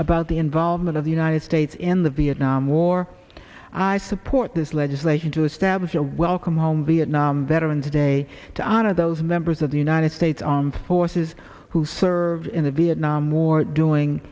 about the involvement of the united states in the vietnam war i support this legislation to establish a welcome home vietnam veterans day to honor those members of the united states armed forces who served in the vietnam war doing